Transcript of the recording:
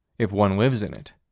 if one lives in it.